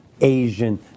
Asian